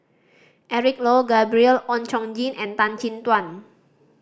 Eric Low Gabriel Oon Chong Jin and Tan Chin Tuan